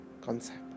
concept